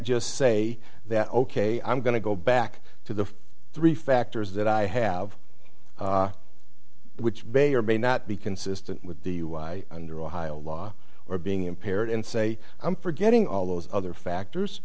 just say that ok i'm going to go back to the three factors that i have which may or may not be consistent with the under ohio law or being impaired and say i'm forgetting all those other factors